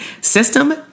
system